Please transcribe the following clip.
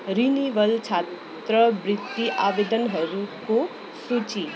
renewal छात्रवृत्ति आवेदनहरूको सूची